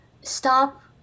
stop